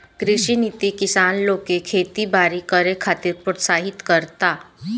कृषि नीति किसान लोग के खेती बारी करे खातिर प्रोत्साहित करता